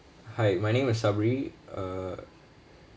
hi my name is sabri uh